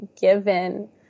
given